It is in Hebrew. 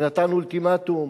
ונתן אולטימטום,